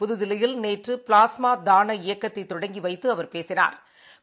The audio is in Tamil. புதுதில்லியில் நேற்றுப்ளாஸ்மாதான இயக்கத்தைதொடங்கிவைத்துஅவா் பேசினாா்